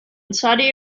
saudi